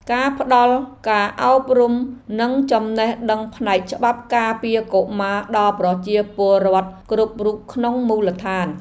ការផ្តល់ការអប់រំនិងចំណេះដឹងផ្នែកច្បាប់ការពារកុមារដល់ប្រជាពលរដ្ឋគ្រប់រូបក្នុងមូលដ្ឋាន។